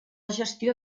gestió